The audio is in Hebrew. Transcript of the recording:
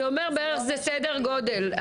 זה סדר גודל,